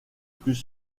plus